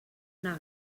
una